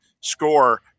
score